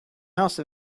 house